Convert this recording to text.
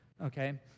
okay